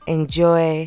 Enjoy